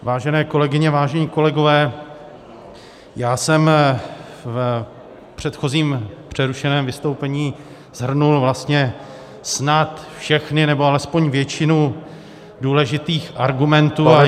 Vážené kolegyně, vážení kolegové, já jsem v předchozím, přerušeném vystoupení shrnul vlastně snad všechny nebo alespoň většinu důležitých argumentů